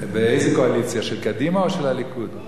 באיזה קואליציה, של קדימה או של הליכוד?